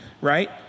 right